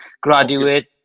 graduate